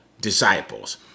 disciples